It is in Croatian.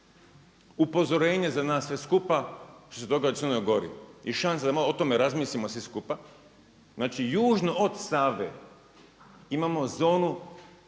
upozorenje za nas sve skupa što se događa u Crnoj Gori i šansa da o tome malo razmislimo svi skupa, znači južno od Save imamo zonu